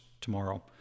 tomorrow